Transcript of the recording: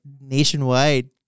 nationwide